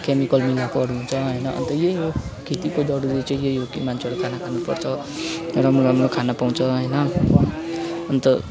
chemical बिनाकोहरू हुन्छ होइन अन्त यही हो खेतीको जरुरी चाहिँ यही हो कि मान्छेहरू खाना खानु पर्छ राम्रो राम्रो खाना पाउँछ होइन अन्त